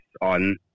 on